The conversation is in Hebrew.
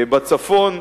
בצפון,